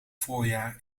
voorjaar